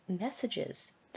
messages